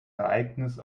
ereignis